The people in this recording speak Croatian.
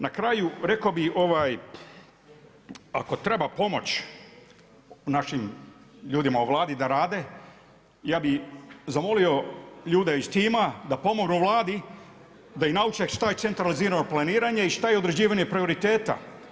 Na kraju rekao bi ako treba pomoć našim ljudima u Vladi da rade, ja bi zamolio ljude iz tima da pomognu Vladi, da ih nauče šta je centralizirano planiranje i šta je određivanje prioriteta.